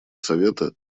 совета